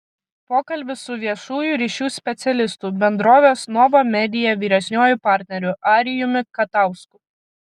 pokalbis su viešųjų ryšių specialistu bendrovės nova media vyresniuoju partneriu arijumi katausku